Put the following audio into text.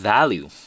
Value